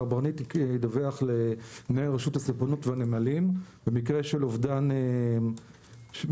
שקברניט ידווח למנהל רשות הספנות והנמלים במקרה של אובדן או